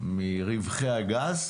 מרווחי הגז.